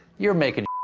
you're making